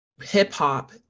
hip-hop